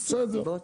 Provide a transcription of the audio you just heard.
ננסח.